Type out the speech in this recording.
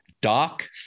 Doc